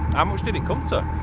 um much did it come to?